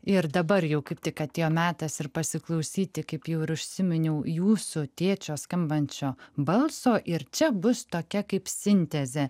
ir dabar jau kaip tik atėjo metas ir pasiklausyti kaip jau ir užsiminiau jūsų tėčio skambančio balso ir čia bus tokia kaip sintezė